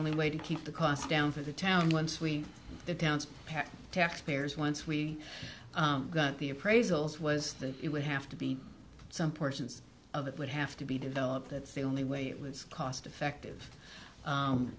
only way to keep the cost down for the town once we get down to taxpayers once we got the appraisals was that it would have to be some portions of it would have to be developed that's the only way it was cost effective